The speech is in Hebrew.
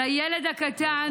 לילד הקטן,